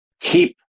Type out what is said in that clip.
keep